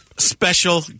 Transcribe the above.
Special